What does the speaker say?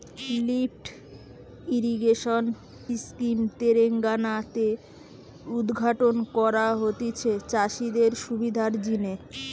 lift irrigation scheme Telangana তে উদ্ঘাটন করা হতিছে চাষিদের সুবিধার জিনে